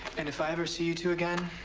and if i ever see you two again,